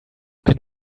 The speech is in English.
can